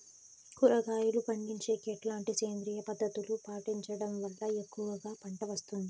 కూరగాయలు పండించేకి ఎట్లాంటి సేంద్రియ పద్ధతులు పాటించడం వల్ల ఎక్కువగా పంట వస్తుంది?